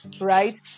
right